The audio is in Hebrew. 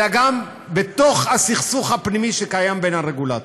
גם בתוך הסכסוך הפנימי שקיים בין הרגולטורים.